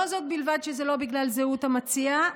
לא זאת בלבד שזה לא בגלל זהות המציע,